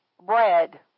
bread